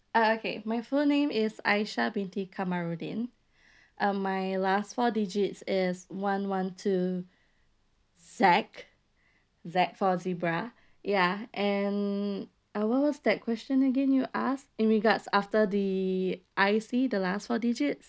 uh okay my full name is aisha binte kamarudin um my last four digits is one one two Z Z for zebra ya and and what was that question again you asked in regards after the I_C the last four digits